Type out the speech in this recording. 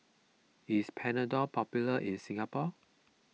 is Panadol popular in Singapore